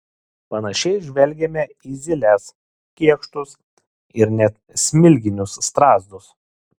panašiai žvelgiame į zyles kėkštus ir net smilginius strazdus